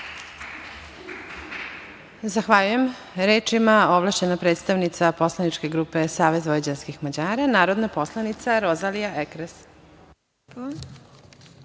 Zahvaljujem. Reč ima ovlašćena predstavnica Poslaničke grupe Saveza vojvođanskih Mađara, narodna poslanica Rozalija Ekres.